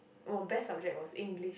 oh best subject was English